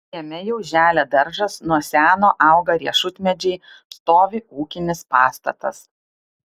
kieme jau želia daržas nuo seno auga riešutmedžiai stovi ūkinis pastatas